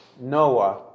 Noah